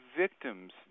victims